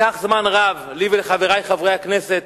לקח זמן רב, לי ולחברי חברי הכנסת,